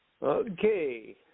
Okay